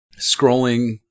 scrolling